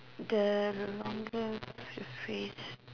the longer the phrase